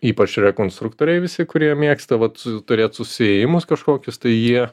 ypač rekonstruktoriai visi kurie mėgsta vat turėt susiėjimus kažkokius tai jie